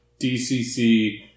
DCC